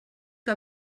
que